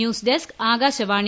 news desk Akashvani